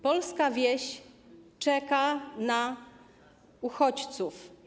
Polska wieś czeka na uchodźców.